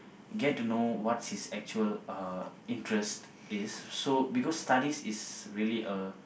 get to know what's his actual uh interest is so because studies is really a